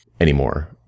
anymore